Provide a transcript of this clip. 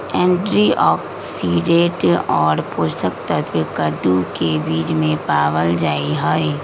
antioxidant और पोषक तत्व कद्दू के बीज में पावल जाहई